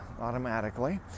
automatically